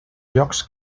llocs